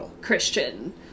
Christian